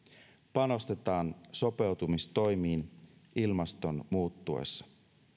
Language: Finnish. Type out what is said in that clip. panostetaan sopeutumistoimiin ilmaston muuttuessa